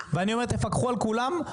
ואני אומר, תפקחו על כולם,